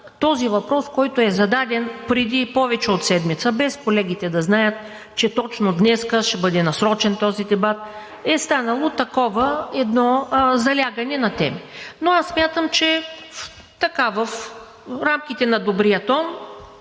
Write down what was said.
този въпрос, който е зададен преди повече от седмица, без колегите да знаят, че точно днес ще бъде насрочен дебата, е станало едно такова залягане на теми. Но смятам, че в рамките на добрия тон